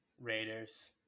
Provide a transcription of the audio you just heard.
Raiders